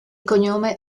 cognome